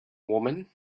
woman